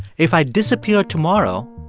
if i disappear tomorrow,